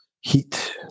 heat